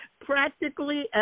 Practically